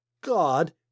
God